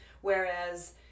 whereas